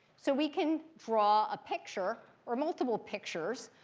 so we can draw a picture, or multiple pictures,